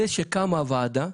זה שקמה הוועדה,